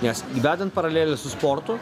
nes vedant paralelę su sportu